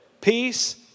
Peace